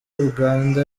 uganda